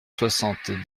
soixante